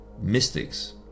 mystics